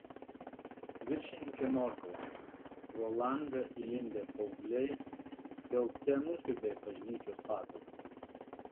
viršininke norkau pro langą įlindę paaugliai siaubte nusiaubė bažnyčios patalpas